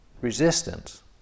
resistance